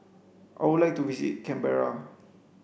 I would like to visit Canberra